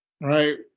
Right